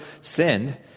sinned